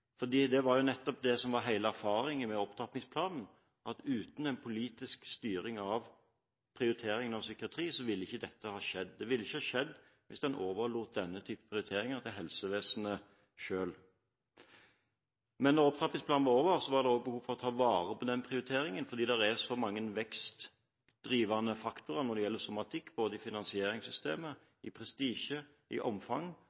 Det var nettopp det som var hele erfaringen med opptrappingsplanen, at uten en politisk styring av prioriteringen av psykiatri, ville ikke dette ha skjedd. Det ville ikke ha skjedd hvis man overlot denne type prioriteringer til helsevesenet selv. Men da opptrappingsplanen var over, var det også behov for å ta vare på den prioriteringen fordi det er så mange vekstdrivende faktorer når det gjelder somatikk, både i finansieringssystemet, i prestisje og i omfang,